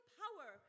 power